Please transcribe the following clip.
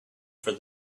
for